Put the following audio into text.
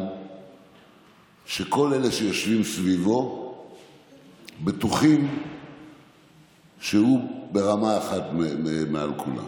שכל אלה שיושבים סביבו בטוחים שהוא ברמה אחת מעל כולם,